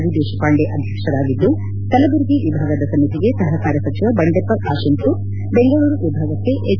V Deshpande ಅಧ್ಯಕ್ಷರಾಗಿದ್ದು ಕಲಬುರಗಿ ವಿಭಾಗದ ಸಮಿತಿಗೆ ಸಹಕಾರ ಸಚಿವ ಬಂಡೆಪ್ಪ ಕಾಶಂಪೂರ್ ಬೆಂಗಳೂರು ವಿಭಾಗಕ್ಕೆ ಎನ್